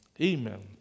Amen